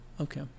okay